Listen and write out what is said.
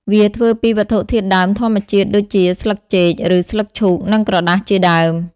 វាធ្វើពីវត្ថុធាតុដើមធម្មជាតិដូចជាស្លឹកចេក ឬស្លឹកឈូក និងក្រដាសជាដើម។